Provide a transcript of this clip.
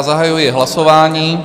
Zahajuji hlasování.